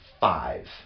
five